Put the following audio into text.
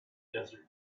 desert